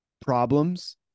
problems